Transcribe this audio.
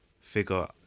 figure